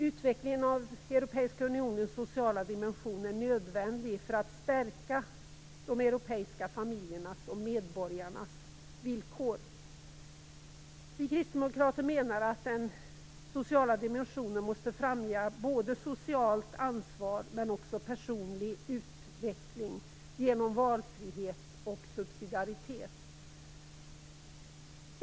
Utvecklingen av Europeiska unionens sociala dimension är nödvändig för att man skall kunna stärka de europeiska familjernas och medborgarnas villkor. Vi kristdemokrater menar att den sociala dimensionen måste främja både socialt ansvar men också personlig utveckling genom valfrihet och subsidiaritet.